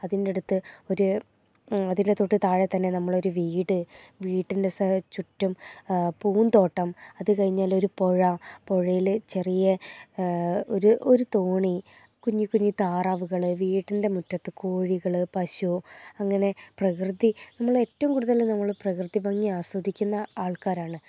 അതിൻ്റയടുത്ത് ഒരു അതിൻ്റെ തൊട്ടു താഴെത്തന്നെ നമ്മളെയൊരു വീട് വീട്ടിൻ്റെ ചുറ്റും പൂന്തോട്ടം അത് കഴിഞ്ഞാലൊരു പുഴ പുഴയിൽ ചെറിയ ഒരു ഒരു തോണി കുഞ്ഞിക്കുഞ്ഞി താറാവുകൾ വീടിൻ്റെ മുറ്റത്ത് കോഴികൾ പശു അങ്ങനെ പ്രകൃതി നമ്മൾ ഏറ്റവും കൂടുതൽ നമ്മൾ പ്രകൃതി ഭംഗി ആസ്വദിക്കുന്ന ആൾക്കാരാണ്